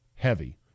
Heavy